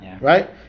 right